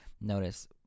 notice